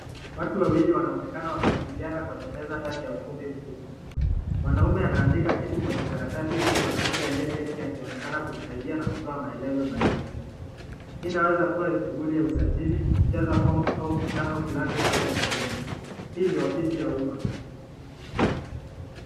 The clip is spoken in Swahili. Watu wawili wanaoneka wakiingiliana kwenye meza ya ukumbi mkubwa. Mwanaume anaandika kitu kwenye karatasi huku mwanamke aliyeketi akionekana kumsaidia na kutoa maelezo zaidi. Hii inaweza kua shuguli ya usajili kujaza fomu au mkutano fulani inayo endelea. Hii ni ofisi ya umma.